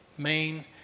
main